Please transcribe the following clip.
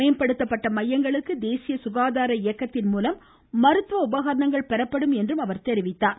மேம்படுத்தப்பட்ட மையங்களுக்கு தேசிய சுகாதார இயக்கத்தின் மூலம் மருத்துவ உபகரணங்கள் பெறப்படும் என்று கூறினார்